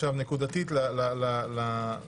עכשיו נקודתית לבקשה.